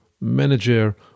manager